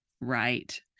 Right